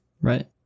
Right